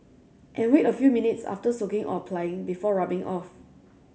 and wait a few minutes after soaking or applying before rubbing off